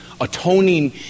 atoning